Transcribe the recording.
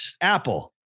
Apple